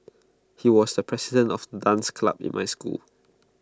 he was the president of dance club in my school